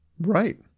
Right